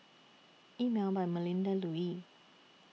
Emel By Melinda Looi